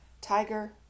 Tiger